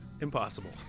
impossible